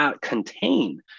contain